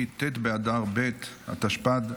ט' באדר ב' התשפ"ד,